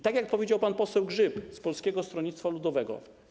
Tak jak powiedział pan poseł Grzyb z Polskiego Stronnictwa Ludowego.